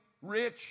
Rich